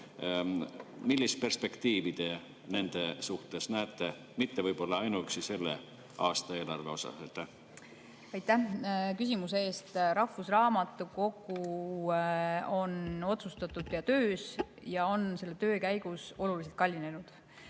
Millist perspektiivi te nende puhul näete, ja mitte võib-olla ainuüksi selle aasta eelarvega seoses? Aitäh küsimuse eest! Rahvusraamatukogu on otsustatud ja töös, aga [projekt] on selle töö käigus oluliselt kallinenud.